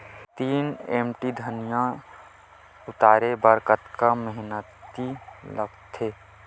तीन एम.टी धनिया उतारे बर कतका मेहनती लागथे?